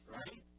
right